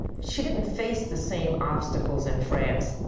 she didn't face the same obstacles in france.